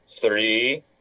three